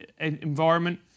environment